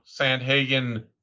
Sandhagen